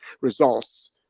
results